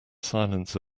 silence